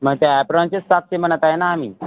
मग त्या ॲप्रॉनचेच सातशे म्हणत आहे ना आम्ही